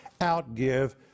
outgive